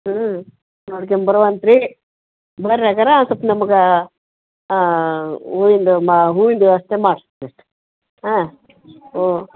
ಹ್ಞೂ ನೋಡ್ಕೊಂಡು ಬರೊವಂತಿರಿ ಬನ್ರಿ ಹಾಗಾದ್ರೆ ಒಂದು ಸ್ವಲ್ಪ ನಮ್ಗೆ ಹೂವಿಂದು ಮಾ ಹೂವಿಂದು ವ್ಯವಸ್ಥೆ ಮಾಡಿರಿ ಹಾಂ ಓ